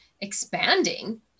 expanding